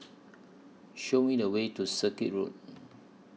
Show Me The Way to Circuit Road